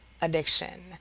addiction